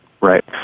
Right